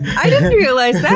i didn't realize that!